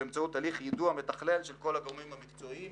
ובאמצעות הליך יידוע מתכלל של כל הגורמים המקצועיים.